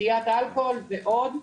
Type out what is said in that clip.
שתיית אלכוהול ועוד,